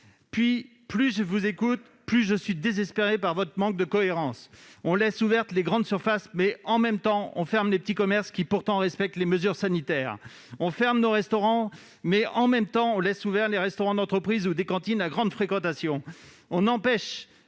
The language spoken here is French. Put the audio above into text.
! Plus je vous écoute, plus votre manque de cohérence me désespère. On laisse les grandes surfaces ouvertes, mais, en même temps, on ferme les petits commerces, qui pourtant respectent les mesures sanitaires. On ferme nos restaurants, mais, en même temps, on laisse ouverts des restaurants d'entreprise et des cantines à grande fréquentation. On empêche